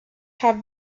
have